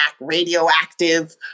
radioactive